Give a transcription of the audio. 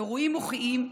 אירועים מוחיים,